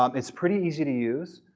um it's pretty easy to use.